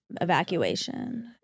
evacuation